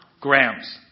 Grams